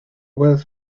werdd